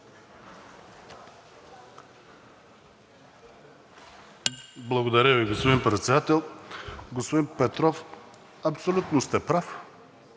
Благодаря Ви, господин Председател. Господин Петров, абсолютно сте прав